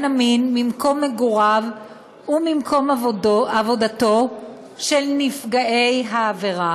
המין ממקום מגוריו וממקום עבודתו של נפגע העבירה